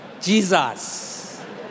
Jesus